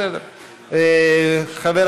חבר